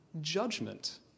judgment